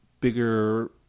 bigger